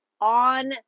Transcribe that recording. on